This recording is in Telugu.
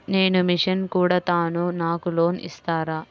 నేను మిషన్ కుడతాను నాకు లోన్ ఇస్తారా?